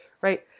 right